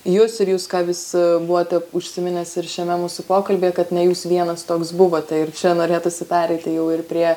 jus ir jūs ką vis buvote užsiminęs ir šiame mūsų pokalbį kad ne jūs vienas toks buvote ir čia norėtųsi pereiti jau ir prie